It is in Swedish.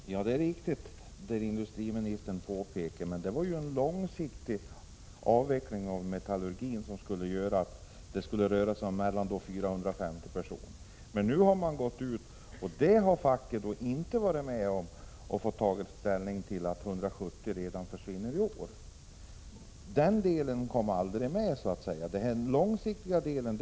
Herr talman! Det är riktigt att man tillstyrkte affären, som industriministern påpekar. Men det gällde då en långsiktig avveckling av metallurgin, som skulle beröra ungefär 450 personer. Facket har däremot inte fått ta ställning till frågan om att redan i år göra en neddragning med 170 arbetstillfällen. Den 109 delen kom så att säga aldrig med i förhandlingarna.